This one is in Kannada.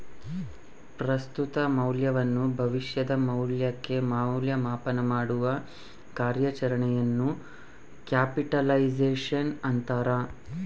ಪ್ರಸ್ತುತ ಮೌಲ್ಯವನ್ನು ಭವಿಷ್ಯದ ಮೌಲ್ಯಕ್ಕೆ ಮೌಲ್ಯ ಮಾಪನಮಾಡುವ ಕಾರ್ಯಾಚರಣೆಯನ್ನು ಕ್ಯಾಪಿಟಲೈಸೇಶನ್ ಅಂತಾರ